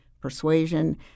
persuasion